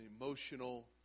emotional